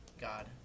God